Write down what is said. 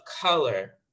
color